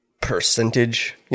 percentage